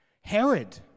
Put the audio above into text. Herod